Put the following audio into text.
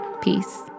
Peace